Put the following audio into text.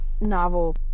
novel